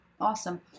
Awesome